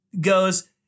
goes